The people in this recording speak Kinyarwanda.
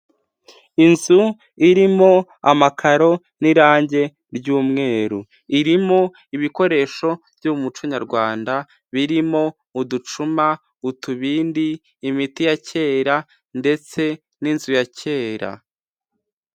Inzu irimo amakaro n'irangi ry'umweru. Irimo ibikoresho byo mu muco nyarwanda birimo uducuma, utubindi, imiti ya kera ndetse n'inzu ya kera.